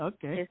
Okay